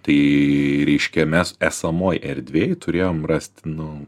tai reiškia mes esamoj erdvėj turėjome rasti nu